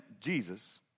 Jesus